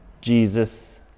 Jesus